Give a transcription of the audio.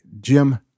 Jim